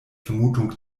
vermutung